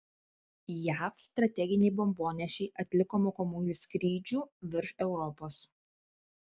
jav strateginiai bombonešiai atliko mokomųjų skrydžių virš europos